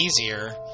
easier